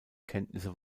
kenntnisse